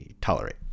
tolerate